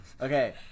Okay